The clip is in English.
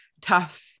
tough